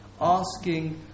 Asking